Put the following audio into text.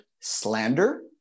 slander